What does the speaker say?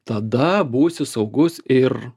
tada būsi saugus ir